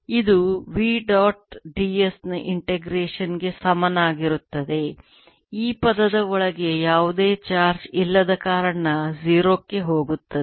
ಇದು v dot ds ನ integration ಗೆ ಸಮನಾಗಿರುತ್ತದೆ ಈ ಪದದ ಒಳಗೆ ಯಾವುದೇ ಚಾರ್ಜ್ ಇಲ್ಲದ ಕಾರಣ 0 ಕ್ಕೆ ಹೋಗುತ್ತದೆ